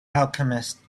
alchemist